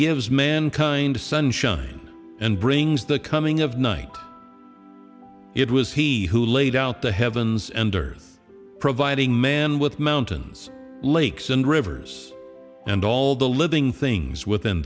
gives mankind a sun shine and brings the coming of night it was he who laid out the heavens and earth providing man with mountains lakes and rivers and all the living things within